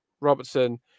Robertson